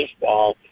baseball